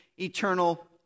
eternal